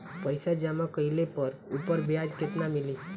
पइसा जमा कइले पर ऊपर ब्याज केतना मिली?